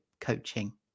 coaching